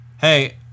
Hey